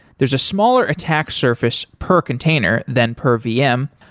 there's a smaller attack surface per container than per vm,